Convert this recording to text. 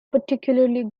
particularly